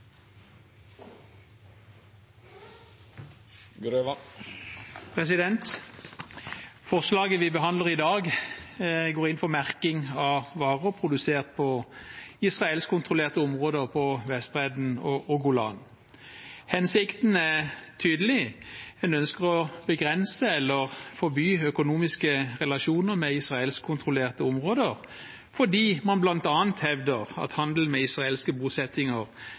Forslaget vi behandler i dag, går inn for merking av varer produsert på israelskkontrollerte områder på Vestbredden og Golanhøydene. Hensikten er tydelig, en ønsker å begrense eller forby økonomiske relasjoner med israelskkontrollerte områder fordi man bl.a. hevder at handelen med israelske bosettinger